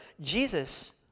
Jesus